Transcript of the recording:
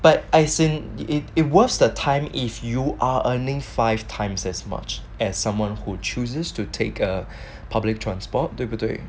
but as in it worth the time if you are earning five times as much as someone who chooses to take a public transport 对不对